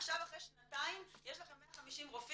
עכשיו אחרי שנתיים יש לכם 150 רופאים,